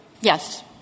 Yes